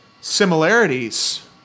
similarities